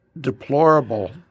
deplorable